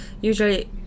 usually